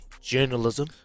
journalism